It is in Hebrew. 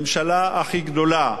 ממשלה הכי גדולה,